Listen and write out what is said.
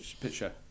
Picture